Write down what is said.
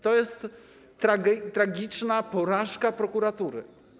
To jest tragiczna porażka prokuratury.